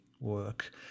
work